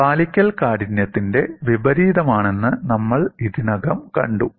പാലിക്കൽ കാഠിന്യത്തിന്റെ വിപരീതമാണെന്ന് നമ്മൾ ഇതിനകം കണ്ടു